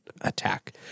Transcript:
attack